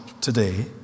today